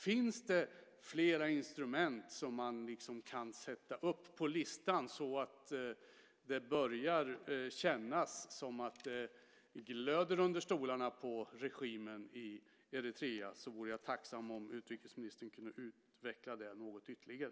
Finns det flera instrument som man kan sätta upp på listan så att det börjar kännas som om det glöder under stolarna på regimen i Eritrea vore jag tacksam om utrikesministern kunde utveckla det något ytterligare.